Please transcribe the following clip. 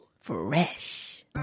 fresh